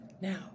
Now